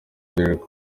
dereck